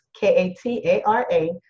K-A-T-A-R-A